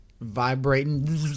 vibrating